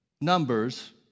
numbers